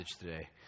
today